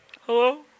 Hello